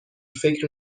فکر